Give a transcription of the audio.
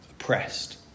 Oppressed